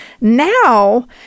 now